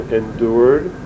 endured